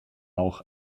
auch